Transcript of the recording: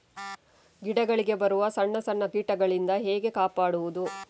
ಗಿಡಗಳಿಗೆ ಬರುವ ಸಣ್ಣ ಸಣ್ಣ ಕೀಟಗಳಿಂದ ಹೇಗೆ ಕಾಪಾಡುವುದು?